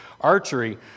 archery